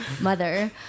mother